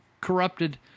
corrupted